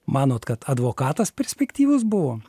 manot kad advokatas perspektyvus buvo